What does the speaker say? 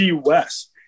West